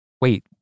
Wait